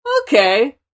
okay